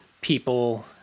people